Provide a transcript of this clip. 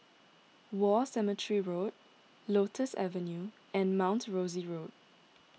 War Cemetery Road Lotus Avenue and Mount Rosie Road